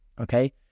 okay